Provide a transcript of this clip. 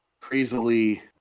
crazily